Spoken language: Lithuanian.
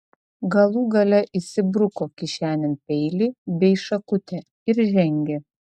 galų gale įsibruko kišenėn peilį bei šakutę ir žengė